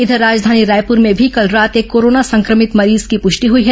इधर राजघानी रायपुर में भी कल रात एक कोरोना संक्रमित मरीज पुष्टि हुई है